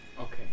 Okay